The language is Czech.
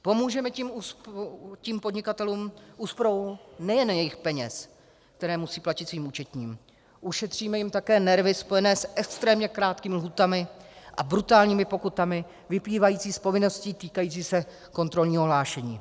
Pomůžeme tím podnikatelům úsporu nejen jejich peněz, které musí platit svým účetním, ušetříme jim také nervy spojené s extrémně krátkými lhůtami a brutálními pokutami vyplývající z povinností týkající se kontrolního hlášení.